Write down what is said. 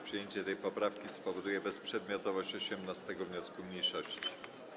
Przyjęcie tej poprawki spowoduje bezprzedmiotowość 18. wniosku mniejszości.